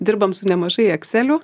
dirbam su nemažai ekselių